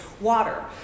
water